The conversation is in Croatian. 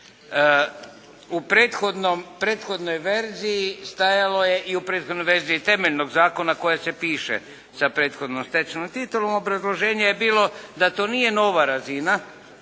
U prethodnoj verziji stajalo je i u prethodnoj verziji temeljnog zakona koja se piše za prethodnu stečenu titulu obrazloženje je bilo da to nije nova razina